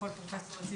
יכול פרופ' יציב,